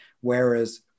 whereas